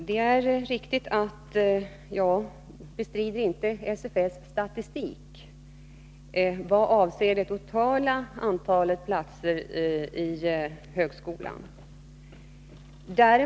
Herr talman! Jag bestrider inte SFS statistik över det totala antalet platser inom högskolan.